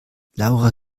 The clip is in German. laura